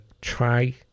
try